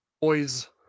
boys